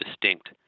distinct